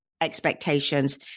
expectations